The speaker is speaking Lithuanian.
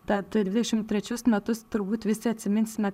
bet dvidešim trečius metus turbūt visi atsiminsime